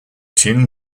tin